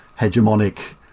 hegemonic